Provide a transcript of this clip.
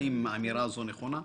האם האמירה הזאת נכונה?